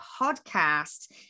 podcast